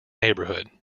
neighbourhood